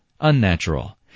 unnatural